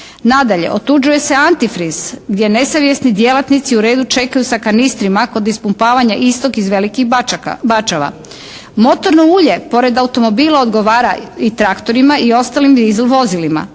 Nadalje otuđuje se anti-freez gdje nesavjesni djelatnici u redu čekaju sa kanistrima kod ispumpavanja istog iz velikih bačava. Motorno ulje pored automobila odgovora i traktorima i ostalim diesel vozilima.